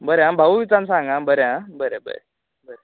बरें आ भावूक विचारून सांग आ बरें आ बरें बरें बरें